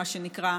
מה שנקרא,